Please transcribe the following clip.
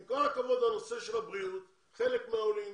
עם כל הכבוד לנושא של הבריאות, חלק מהעולים